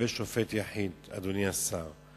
לגבי שופט יחיד, אדוני השר.